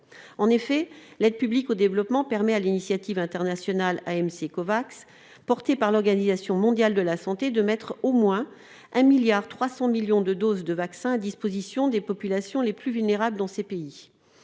En effet, l'aide publique au développement permet à l'initiative internationale AMC Covax, portée par l'Organisation mondiale de la santé (OMS), de mettre au moins 1,3 milliard de doses de vaccin à la disposition des populations les plus vulnérables dans les pays